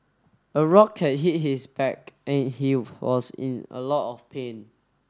a rock had hit his back and he was in a lot of pain